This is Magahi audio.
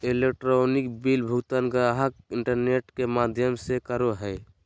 इलेक्ट्रॉनिक बिल भुगतान गाहक इंटरनेट में माध्यम से करो हइ